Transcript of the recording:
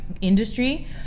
industry